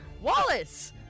Wallace